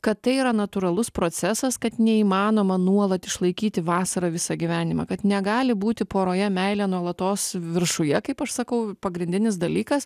kad tai yra natūralus procesas kad neįmanoma nuolat išlaikyti vasarą visą gyvenimą kad negali būti poroje meilė nuolatos viršuje kaip aš sakau pagrindinis dalykas